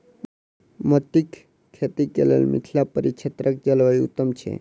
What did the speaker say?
मोतीक खेती केँ लेल मिथिला परिक्षेत्रक जलवायु उत्तम छै?